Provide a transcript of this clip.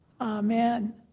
Amen